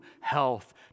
health